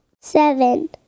Seven